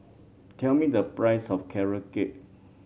tell me the price of Carrot Cake